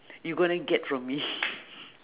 you gonna get from me